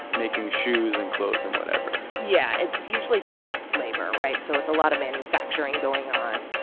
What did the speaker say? making shoes and clothes and whatever yeah. it's usually cheap labor, right? so it's a lot of manufacturing going on.